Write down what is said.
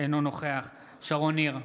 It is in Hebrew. אינו נוכח שרון ניר,